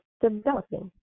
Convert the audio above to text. developing